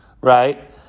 right